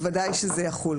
בוודאי שזה יחול.